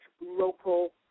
local